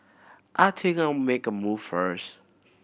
I take a make a move first